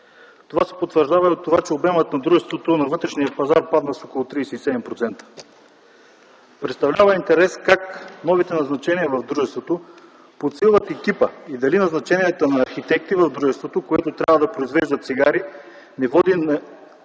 Това се потвърждава и от това, че обемът на дружеството на вътрешния пазар падна с около 37%. Представлява интерес как новите назначения в дружеството подсилват екипа и дали назначенията на архитекти в дружеството, което трябва да произвежда цигари, не води